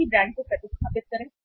उसी ब्रांड को प्रतिस्थापित करें